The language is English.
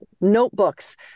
notebooks